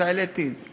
העליתי את זה.